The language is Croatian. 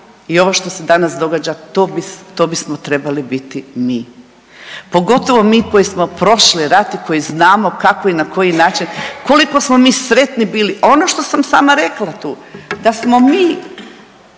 i ovo što se danas događa to bismo trebali biti mi, pogotovo mi koji smo prošli rat i koji znamo kako i na koji način, koliko smo mi sretni bili. Ono što sam sama rekla tu, da smo mi,